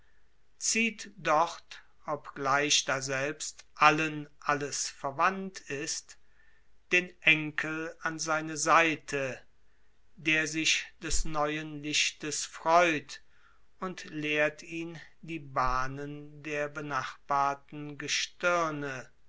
zieht dort obgleich daselbst allen alles verwandt ist den enkel an seine seite der sich des neuen lichtes freut und lehrt ihn die bahnen der benachbarten gestirne